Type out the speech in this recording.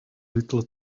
little